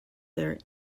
their